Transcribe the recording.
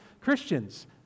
Christians